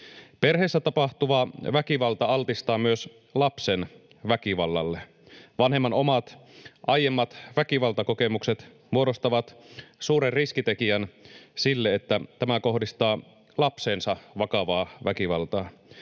Perheessä tapahtuva väkivalta altistaa myös lapsen väkivallalle. Vanhemman omat aiemmat väkivaltakokemukset muodostavat suuren riskitekijän sille, että tämä kohdistaa lapseensa vakavaa väkivaltaa.